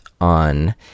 on